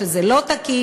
שזה לא תקין,